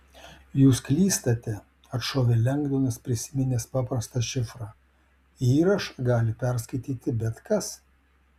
jūs klystate atšovė lengdonas prisiminęs paprastą šifrą įrašą gali perskaityti bet kas